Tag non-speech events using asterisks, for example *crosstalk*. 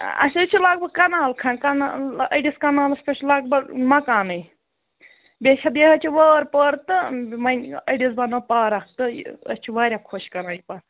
اَسہِ حظ چھُ لگ بگ کَنال کھنٛد أڑِس کَنالَس پٮ۪ٹھ چھِ لگ بگ مَکانٕے بیٚیہِ چھِ بیٛیہِ حظ چھِ وٲر پٲر تہٕ *unintelligible* أڑِس بَنٲو پارک تہٕ یہِ أسۍ چھِ واریاہ خۄش کَران یہِ *unintelligible*